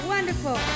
Wonderful